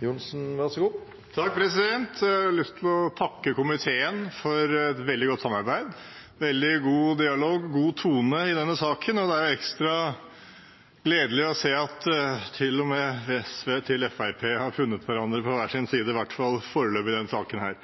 Jeg har lyst til å takke komiteen for et veldig godt samarbeid, en veldig god dialog og en god tone i denne saken. Det er ekstra gledelig å se at til og med SV og Fremskrittspartiet, på hver sin side, har funnet hverandre, i hvert fall foreløpig, i denne saken.